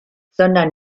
sondern